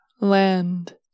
land